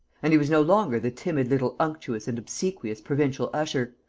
and he was no longer the timid little unctuous and obsequious provincial usher,